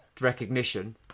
recognition